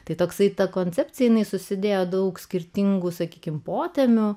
tai toksai ta koncepcija jinai susidėjo daug skirtingų sakykime poterio